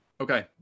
Okay